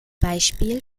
beispiel